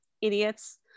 idiots